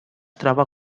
troba